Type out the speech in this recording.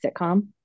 sitcom